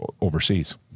overseas